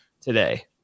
today